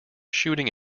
shooting